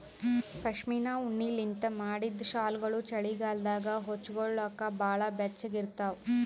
ಪಶ್ಮಿನಾ ಉಣ್ಣಿಲಿಂತ್ ಮಾಡಿದ್ದ್ ಶಾಲ್ಗೊಳು ಚಳಿಗಾಲದಾಗ ಹೊಚ್ಗೋಲಕ್ ಭಾಳ್ ಬೆಚ್ಚಗ ಇರ್ತಾವ